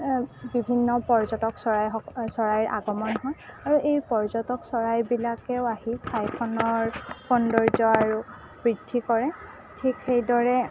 বিভিন্ন পৰ্যটক চৰাই চৰাইৰ আগমন হয় আৰু এই পৰ্যটক চৰাইবিলাকেও আহি ঠাইখনৰ সৌন্দৰ্য আৰু বৃদ্ধি কৰে ঠিক সেইদৰে